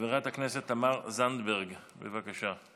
חברת הכנסת תמר זנדברג, בבקשה.